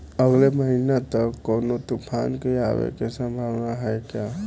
अगले महीना तक कौनो तूफान के आवे के संभावाना है क्या?